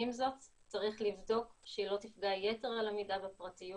עם זאת צריך לבדוק שהיא לא תפגע יתר על המידה בפרטיות,